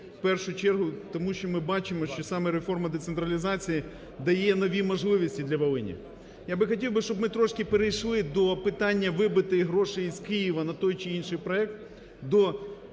в першу чергу тому, що ми бачимо, що саме реформи децентралізації дає нові можливості для Волині. Я би хотів би, щоб ми трошки перейшли до питання вибити гроші із Києва на той чи інший проект до